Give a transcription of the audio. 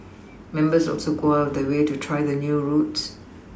members also go out of their way to try the new routes